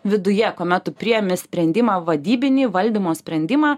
viduje kuomet tu priėmi sprendimą vadybinį valdymo sprendimą